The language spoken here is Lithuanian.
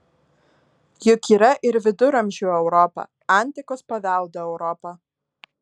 juk yra ir viduramžių europa antikos paveldo europa